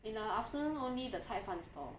in the afternoon only the 菜饭 stall